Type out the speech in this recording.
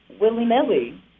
willy-nilly